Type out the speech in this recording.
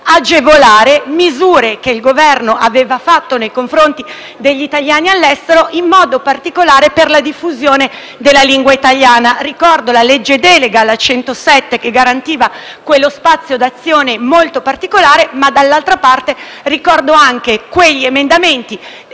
agevolare misure che il Governo aveva adottato nei confronti degli italiani all'estero, in modo particolare per la diffusione della lingua italiana. Ricordo la legge delega n. 107 del 2015, che garantiva uno spazio d'azione molto particolare, ma dall'altra parte ricordo anche quegli emendamenti